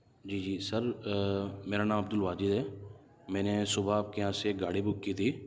جی جی سر میرا نام عبد الواجد ہے میں نے صبح آپ کے یہاں سے گاڑی بک کی تھی